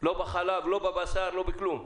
לא בחלב, לא בבשר, לא בכלום.